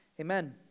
amen